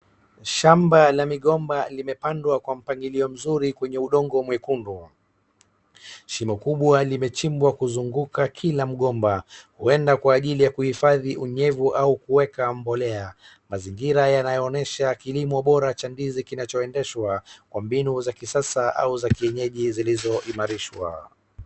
Shamba la migomba limepandwa kwa mpangilio mzuri kwenye udongo mwekundu. Shimo kubwa limechimbwa kuzunguka kila mgomba, huenda kwa ajili ya kuhifadhi unyevu au kuweka mbolea. Mazingira yanaonyesha kilimo bora cha ndizi kinachoendeshwa kwa mbinu za kisasa au za kienyeji zilizioimarishwa.